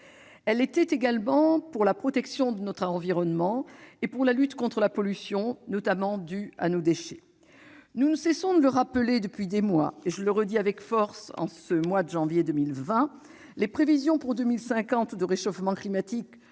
était nécessaire pour protéger notre environnement et lutter contre la pollution, due notamment à nos déchets. Nous ne cessons de le rappeler depuis des mois, et je le redis avec force en ce mois de janvier 2020 : les prévisions pour 2050 en matière de réchauffement climatique